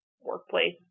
workplace